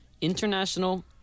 international